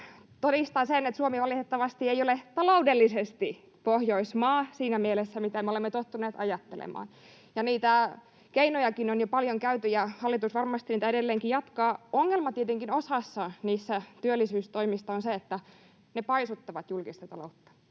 todistaa sen, että Suomi valitettavasti ei ole taloudellisesti Pohjoismaa siinä mielessä, mitä me olemme tottuneet ajattelemaan. Niitä keinojakin on jo paljon käyty läpi, ja hallitus varmasti niitä edelleenkin jatkaa. Ongelma tietenkin osassa työllisyystoimista on se, että ne paisuttavat julkista taloutta.